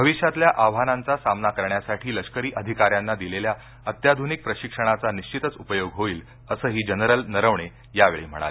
भविष्यातल्या आव्हानांचा सामना करण्यासाठी लष्करी अधिकाऱ्यांना दिलेल्या अत्याध्रनिक प्रशिक्षणाचा निश्वितच उपयोग होईल असंही जनरल नरवणे यावेळी म्हणाले